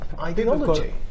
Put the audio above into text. ideology